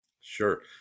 Sure